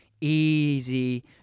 easy